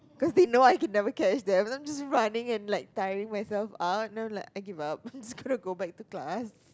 cause they know I can never catch them then I'm just running and like tiring myself out then I'm like I give out I'm just gonna go back to class